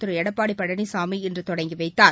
திருளடப்பாட்பழனிசாமி இன்றுதொடங்கிவைத்தார்